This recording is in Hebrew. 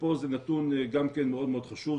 פה זה נתון גם מאוד מאוד חשוב.